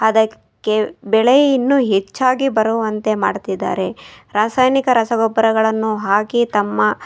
ಅದಕ್ಕೆ ಬೆಳೆ ಇನ್ನೂ ಹೆಚ್ಚಾಗಿ ಬರುವಂತೆ ಮಾಡ್ತಿದ್ದಾರೆ ರಾಸಾಯನಿಕ ರಸಗೊಬ್ಬರಗಳನ್ನು ಹಾಕಿ ತಮ್ಮ